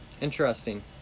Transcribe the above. Interesting